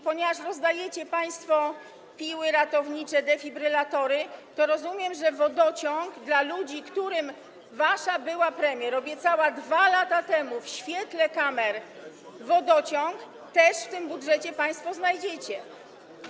Ponieważ rozdajecie państwo piły ratownicze, defibrylatory, to rozumiem, że na wodociąg dla ludzi, którym wasza była premier obiecała go 2 lata temu w świetle kamer, też w tym budżecie państwo znajdziecie środki.